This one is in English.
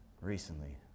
recently